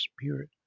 spirit